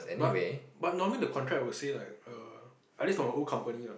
but but normally the contract will say like err at least for my own company lah